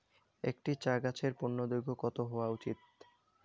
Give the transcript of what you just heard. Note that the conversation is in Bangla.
একটি চা গাছের পূর্ণদৈর্ঘ্য কত হওয়া উচিৎ?